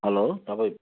hello तपाईँ